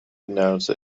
announce